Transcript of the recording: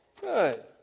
Good